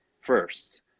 first